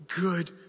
good